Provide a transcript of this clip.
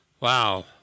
Wow